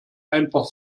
einfach